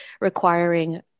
requiring